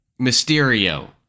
Mysterio